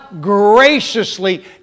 graciously